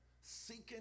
seeking